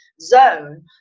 zone